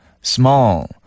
small